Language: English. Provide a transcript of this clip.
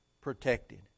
protected